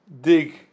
dig